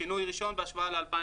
שינוי ראשון בהשוואה ל-2018.